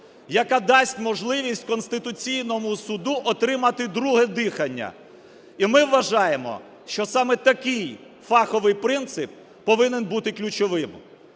яка дасть можливість Конституційному Суду отримати друге дихання. І ми вважаємо, що саме такий фаховий принцип повинен бути ключовим.